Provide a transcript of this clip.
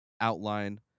outline